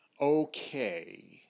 okay